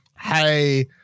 hey